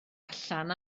allan